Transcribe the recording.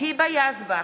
היבה יזבק,